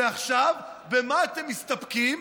ועכשיו במה אתם מסתפקים?